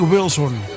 Wilson